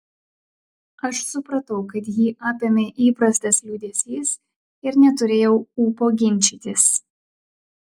aš supratau kad jį apėmė įprastas liūdesys ir neturėjau ūpo ginčytis